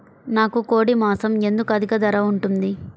నాకు కోడి మాసం ఎందుకు అధిక ధర ఉంటుంది?